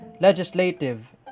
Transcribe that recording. legislative